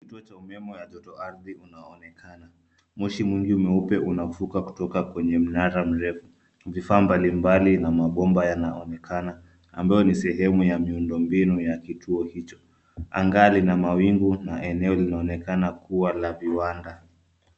Kituo cha umeme ya joto ardhi unaoonekana. Moshi mwingi mweupe unafuka kutoka kwenye mnara mrefu. Vifaa mbali mbali na mabomba yanaonekana ambayo ni sehemu ya miundo mbinu ya kituo hicho. Anga lina mawingu na eneo linaonekana kuwa la viwanda.